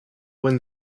when